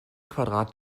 quadrat